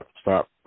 stop